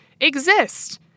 exist